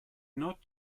not